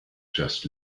just